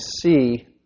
see